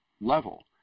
level